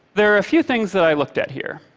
there are a few things that i looked at here.